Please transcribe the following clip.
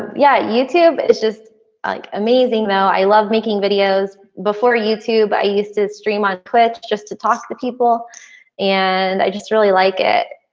yeah, youtube is just like amazing though. i love making videos before youtube. i used to stream on twitch just to toss the people and i just really liked like it.